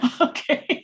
okay